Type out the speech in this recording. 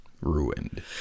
ruined